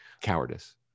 cowardice